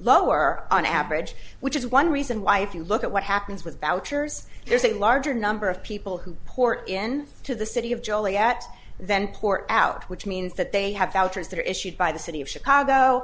lower on average which is one reason why if you look at what happens with vouchers there's a larger number of people who port in to the city of joliet then port out which means that they have shelters that are issued by the city of chicago